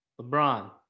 LeBron